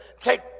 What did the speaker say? take